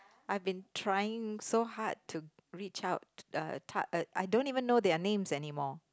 I've been trying so hard to reach out uh I don't even know their names anymore